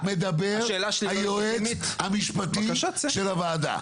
עכשיו מדבר היועץ המשפטי של הוועדה.